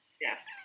Yes